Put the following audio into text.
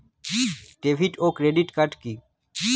David ও credit card কি?